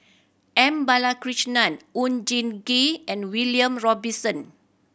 M Balakrishnan Oon Jin Gee and William Robinson